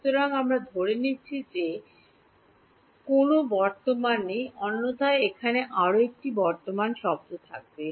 সুতরাং আমি ধরে নিচ্ছি যে কোনও বর্তমান নেই অন্যথায় এখানে আরও একটি বর্তমান শব্দ থাকবে